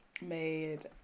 made